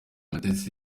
mutesi